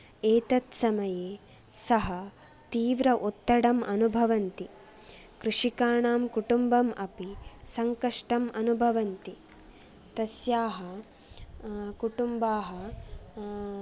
एतद् समये सः तीव्र ओत्तडम् अनुभवन्ति कृषिकाणां कुटुम्बम् अपि संकष्टम् अनुभवन्ति तस्याः कुटुम्बाः